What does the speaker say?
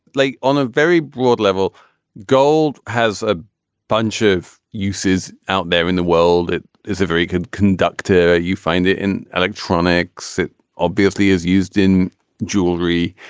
like on a very broad level gold has a bunch of uses out there in the world it is a very good conductor you find it in electronics it obviously is used in jewelry.